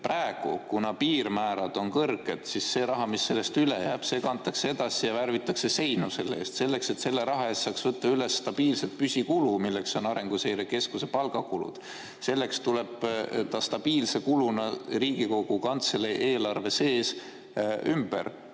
praegu, kuna piirmäärad on kõrged, siis see raha, mis sellest üle jääb, kantakse edasi ja värvitakse seinu selle eest. Selleks et selle raha eest saaks võtta üle stabiilse püsikulu, milleks on Arenguseire Keskuse palgakulud, tuleb ta stabiilse kuluna Riigikogu Kantselei eelarve sees ümber